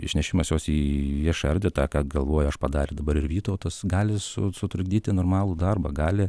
išnešimas juos į viešąją erdvę tą ką galvoju aš padarė dabar ir vytautas gali su sutrukdyti normalų darbą gali